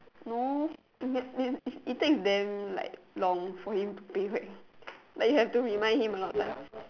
no it it it take damn like long for him to pay back like you have to remind him a lot of times